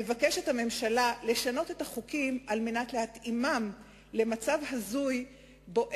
מבקשת הממשלה לשנות את החוקים על מנת להתאימם למצב הזוי שבו